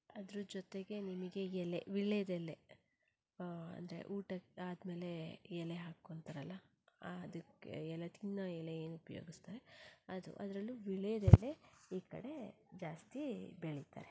ಅದ್ರ ಜೊತೆಗೆ ನಿಮಗೆ ಎಲೆ ವೀಳ್ಯದೆಲೆ ಅಂದರೆ ಊಟ ಆದ ಮೇಲೆ ಎಲೆ ಹಾಕ್ಕೊಳ್ತಾರಲ ಅದಕ್ಕೆ ಎಲೆ ತಿನ್ನೋ ಎಲೆ ಏನು ಉಪ್ಯೋಗಿಸ್ತಾರೆ ಅದು ಅದರಲ್ಲೂ ವೀಳ್ಯದೆಲೆ ಈ ಕಡೆ ಜಾಸ್ತಿ ಬೆಳೀತಾರೆ